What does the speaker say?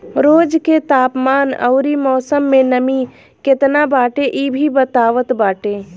रोज के तापमान अउरी मौसम में नमी केतना बाटे इ भी बतावत बाटे